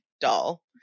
doll